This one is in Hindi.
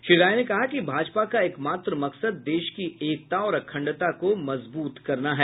श्री राय ने कहा कि भाजपा का एक मात्र मकसद देश की एकता और अखंडता को मजबूत करना है